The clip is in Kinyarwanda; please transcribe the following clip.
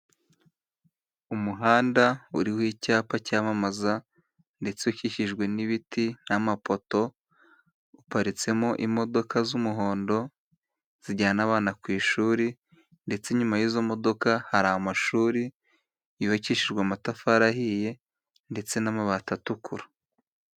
Umuhanda uriho icyapa cyamamaza ndetse ukikijwe n'ibiti n'amapoto, uparitsemo imodoka z'umuhondo zijyana abana ku ishuri, ndetse nyuma y'izo modoka hari amashuri yubakishijwe amatafari ahiye ndetse n'amabati atukura.